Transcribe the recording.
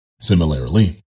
Similarly